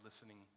listening